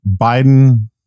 Biden